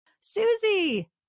Susie